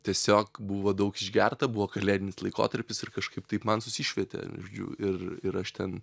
tiesiog buvo daug išgerta buvo kalėdinis laikotarpis ir kažkaip taip man susišvietė žodžiu ir ir aš ten